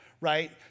right